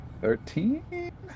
Thirteen